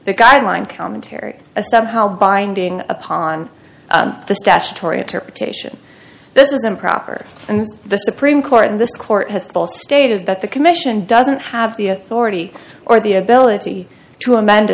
the guideline commentary a step how binding upon the statutory interpretation this is improper and the supreme court in this court has both stated that the commission doesn't have the authority or the ability to amend